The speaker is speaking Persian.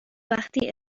وقتی